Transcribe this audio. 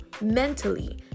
mentally